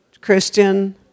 Christian